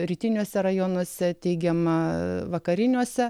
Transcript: rytiniuose rajonuose teigiama vakariniuose